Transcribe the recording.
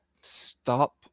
stop